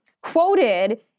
quoted